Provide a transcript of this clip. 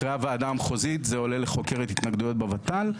אחרי הוועדה המחוזית זה עולה לחוקרת התנגדויות בוות"ל,